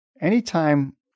Anytime